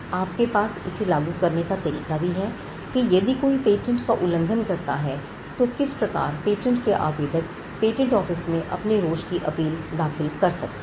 आपके पास इसे लागू करने का भी तरीका है कि यदि कोई पेटेंट का उल्लंघन करता है तो किस प्रकार पेटेंट के आवेदक पेटेंट ऑफिस में अपने रोष की अपील दाखिल कर सकते हैं